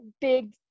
big